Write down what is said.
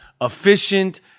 efficient